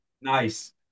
Nice